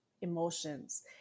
emotions